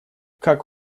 как